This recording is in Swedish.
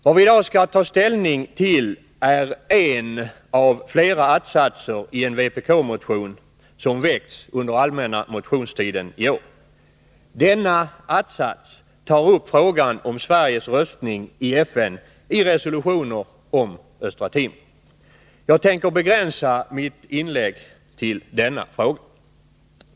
Vad vi i dag skall ta ställning till är en av flera att-satser i en vpk-motion som väckts under allmänna motionstiden i år. Denna att-sats tar upp Sveriges röstning i FN i fråga om resolutioner om Östra Timor. Jag tänker begränsa mitt inlägg till denna fråga.